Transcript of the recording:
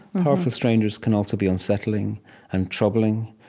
powerful strangers can also be unsettling and troubling.